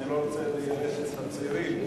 אני לא רוצה לייאש את הצעירים.